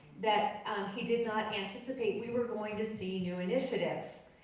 that he did not anticipate we were going to see new initiatives.